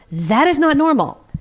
that is not normal!